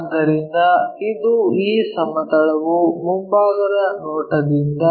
ಆದ್ದರಿಂದ ಇದು ಈ ಸಮತಲವು ಮುಂಭಾಗದ ನೋಟದಿಂದ